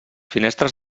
finestres